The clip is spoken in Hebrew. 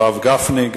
הרב גפני,